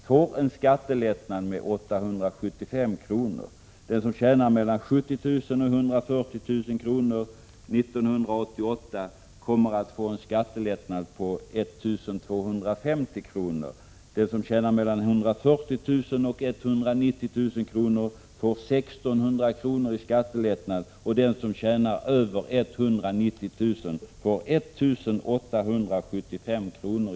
får en skattelättnad med 875 kr. Den som tjänar mellan 70 000 och 140 000 kr. 1988 kommer att få en skattelättnad på 1 250 kr. Den som tjänar mellan 140 000 och 190 000 kr. får 1 600 kr. i skattelättnad, och den som tjänar över 190 000 kr. får 1 875 kr.